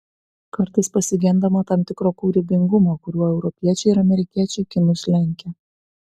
kartais pasigendama tam tikro kūrybingumo kuriuo europiečiai ir amerikiečiai kinus lenkia